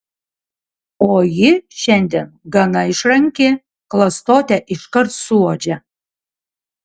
o ji šiandien gana išranki klastotę iškart suuodžia